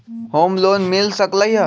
Home loan मिल सकलइ ह?